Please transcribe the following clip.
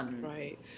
right